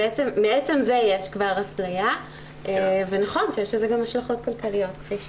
ומעצם זה יש כבר אפליה ונכון שיש לזה גם השלכות כלכליות כפי שפורסם.